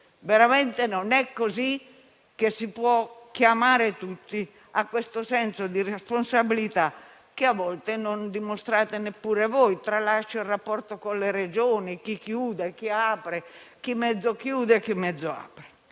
Veramente non è così che si può chiamare tutti a quel senso di responsabilità che, a volte, non dimostrate neppure voi. Tralascio il rapporto con le Regioni: chi chiude, chi apre, chi chiude a metà e